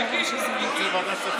ושם יוחלט לאן שתי הצעות החוק יעברו.